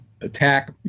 attack